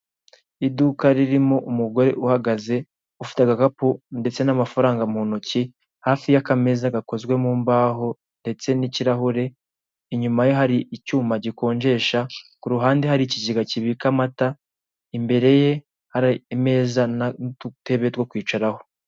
Iduka ririmo umugore uhagaze ufite agakapu ndetse n'amafaranga mu ntoki hafi y'akameza gakozwe mu mbaho ndetse n'ikirahure, inyuma ye hari icyuma gikonjesha, ku ruhande hari ikgega kibika amata, imbere ye hari imeza n'udutebe two kwicaraho.